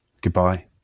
Goodbye